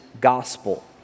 gospel